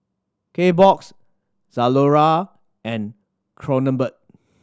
Kbox Zalora and Kronenbourg